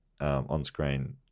on-screen